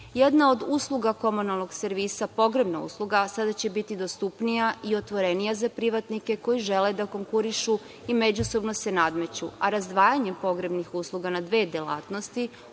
od usluga komunalnog servisa, pogrebna usluga, sada će biti dostupnija i otvorenija za privatnike koji žele da konkurišu i međusobno se nadmeću, a razdvajanjem pogrebnih usluga na dve delatnosti,